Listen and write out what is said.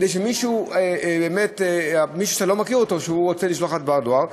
כי מישהו שאתה לא מכיר רצה לשלוח לך דבר דואר.